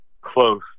close